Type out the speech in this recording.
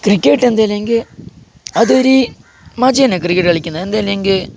cricket എന്തെന്നാണെങ്കിൽ അതോര് മജ്ജ തന്നെ ക്രിക്കറ്റ് കളിക്കുന്നത് എന്തെന്നല്ലെങ്കിൽ